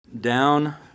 down